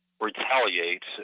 retaliate